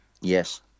Yes